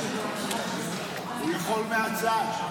הוא יכול מהצד.